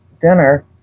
dinner